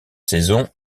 saison